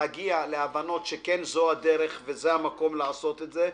להגיע להבנות שזאת אכן הדרך וזה המקום לעשות את זה,